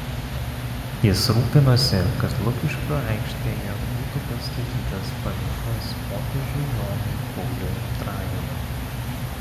jis rūpinosi kad lukiškių aikštėje būtų pastatytas paminklas popiežiui jonui pauliui antrajam